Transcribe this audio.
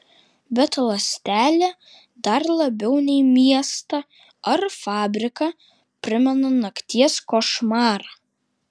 bet ląstelė dar labiau nei miestą ar fabriką primena nakties košmarą